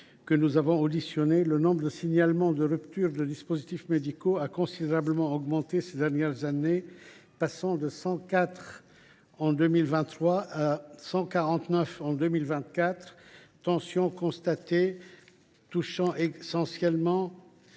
que nous avons auditionnés, le nombre de signalements de ruptures de dispositifs médicaux a considérablement augmenté ces dernières années : ils sont passés de 104 en 2023 à 149 en 2024, les tensions constatées touchant l’ensemble